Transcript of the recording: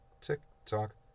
tick-tock